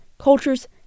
cultures